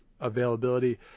availability